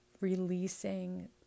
releasing